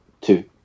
two